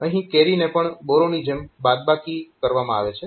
અહીં કેરીની પણ બોરોની જેમ બાદબાકી કરવામાં આવે છે